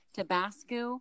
Tabasco